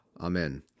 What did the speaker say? Amen